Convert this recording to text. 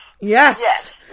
Yes